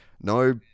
no